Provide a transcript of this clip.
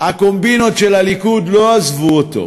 הקומבינות של הליכוד לא עזבו אותו.